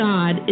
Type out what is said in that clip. God